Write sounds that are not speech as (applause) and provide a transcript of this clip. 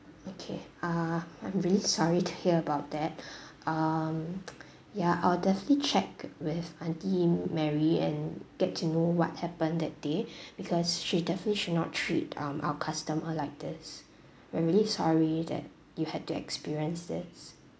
okay uh um really sorry to hear about that (breath) um ya I'll definitely check with aunty mary and get to know what happened that day (breath) because she definitely should not treat um our customer like this we're really sorry that you had to experience this